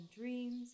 dreams